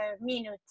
minute